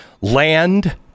land